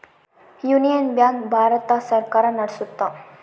union Bank Bharat ಸರ್ಕಾರ ನಡ್ಸುತ್ತ